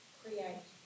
create